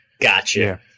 Gotcha